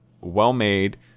well-made